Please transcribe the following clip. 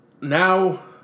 now